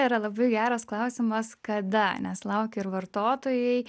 yra labai geras klausimas kada nes laukia ir vartotojai